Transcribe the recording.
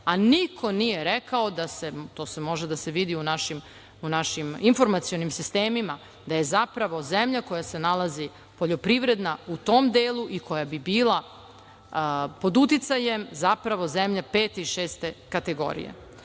Niko nije rekao da se, to može da se vidi u našim informacionim sistemima, da je zapravo zemlja koja se nalazi poljoprivredna u tom delu i koja bi bila pod uticajem zemlje pete i šeste